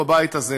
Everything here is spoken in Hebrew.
בבית הזה,